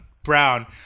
Brown